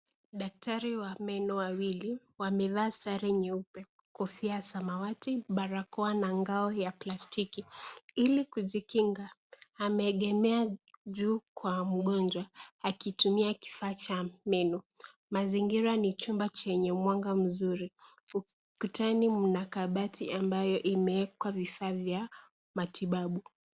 Daktari wawili wa meno wamevaa sare nyeupe, kofia ya samawati barakoa na ngao ya plastiki ili kujikinga. Ameegema juu kwa mgonjwa akitumia kifaa cha meno. Mazingira ni chumba chenye mwanga mzuri. Ukutani mna kabati ambayo imeekwa vifaa vya matibabu.